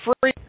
free